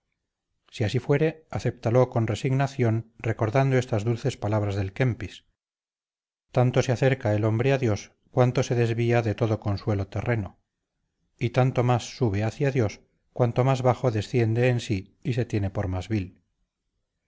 si así fuere acéptalo con resignación recordando estas dulces palabras del kempis tanto se acerca el hombre a dios cuanto se desvía de todo consuelo terreno y tanto más alto sube hacia dios cuanto más bajo desciende en sí y se tiene por más vil